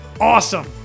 awesome